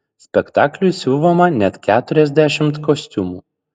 spektakliui siuvama net keturiasdešimt kostiumų